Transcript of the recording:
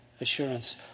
assurance